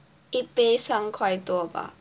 一杯三块多吧